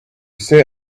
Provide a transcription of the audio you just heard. set